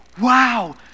Wow